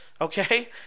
okay